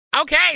Okay